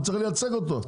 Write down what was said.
הוא צריך לייצג אותו.